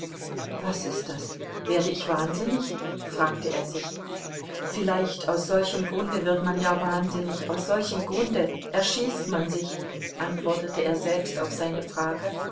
was ist das werde ich wahnsinnig fragte er sich vielleicht aus solchem grunde wird man ja wahnsinnig aus solchem grunde erschießt man sich antwortete er selbst auf seine frage